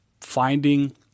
finding